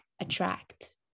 attract